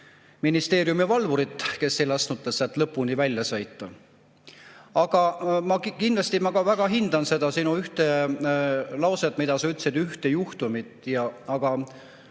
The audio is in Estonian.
ministeeriumi valvurit, kes ei lasknud tal sealt lõpuni välja sõita. Aga ma kindlasti väga hindan seda sinu ühte lauset, mis sa ütlesid, [mainides] ühte juhtumit. Aga